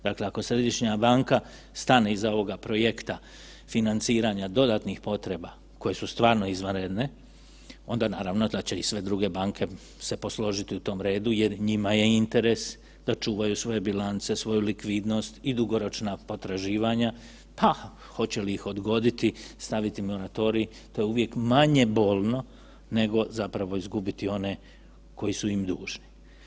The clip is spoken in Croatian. Dakle ako Središnja banka stane iza ovoga projekta financiranja dodatnih potreba koje su stvarno izvanredne, onda naravno da će i sve druge banke se posložiti u tom redu jer njima je interes da čuvaju svoje bilance, svoju likvidnost i dugoročna potraživanja, pa hoće li odgoditi, staviti moratorij, to je uvijek manje bolno nego zapravo izgubiti one koji su im dužni.